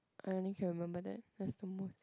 I only can remember that that's the most